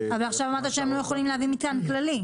אבל עכשיו אמרת שהם לא יכולים להביא מטען כללי.